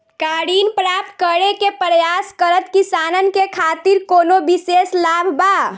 का ऋण प्राप्त करे के प्रयास करत किसानन के खातिर कोनो विशेष लाभ बा